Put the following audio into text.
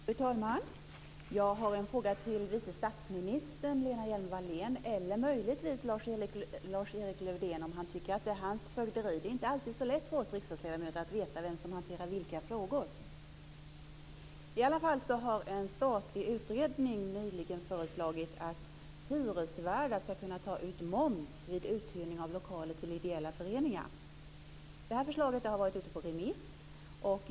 Fru talman! Jag har en fråga till vice statsministern, Lena Hjelm-Wallén, eller möjligtvis till Lars Erik Lövdén, om han tycker att det är hans fögderi. Det är inte alltid så lätt för oss riksdagsledamöter att veta vem som hanterar vilka frågor. En statlig utredning har nyligen föreslagit att hyresvärdar ska kunna ta ut moms vid uthyrning av lokaler till ideella föreningar. Det här förslaget har varit ute på remiss.